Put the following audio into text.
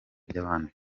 by’abandi